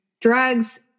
drugs